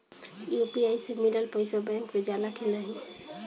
UPI से मिलल पईसा बैंक मे जाला की नाहीं?